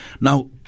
now